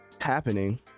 happening